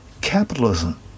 Capitalism